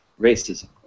racism